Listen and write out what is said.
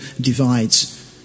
divides